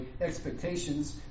expectations